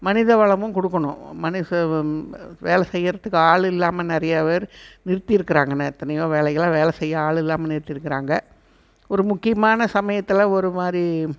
மனித வளமும் கொடுக்கணும் மனுஷர் வேலை செய்யுறதுக்கு ஆள் இல்லாமல் நிறைய பேரு நிறுத்திருக்கிறாங்க எத்தனையோ வேலைகளை வேலை செய்ய ஆள் இல்லாமல் நிறுத்தியிருக்குறாங்க ஒரு முக்கியமான சமயத்தில் ஒரு மாதிரி